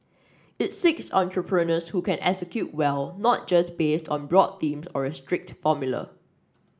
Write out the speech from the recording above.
it seeks entrepreneurs who can execute well not just based on broad theme or a strict formula